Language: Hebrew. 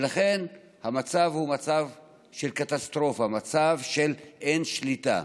ולכן המצב הוא מצב של קטסטרופה, מצב של אין שליטה.